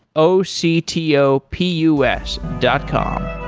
o c t o p u s dot com